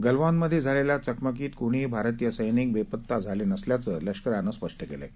गलवानमधे झालेल्या चकमकीत कुणीही भारतीय सैनिक बेपत्ता झाले नसल्याचं लष्करानं स्पष्ट केलं आहे